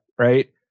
right